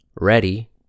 ready